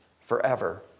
forever